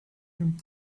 him